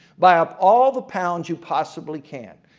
buy up all the pounds you possibly can.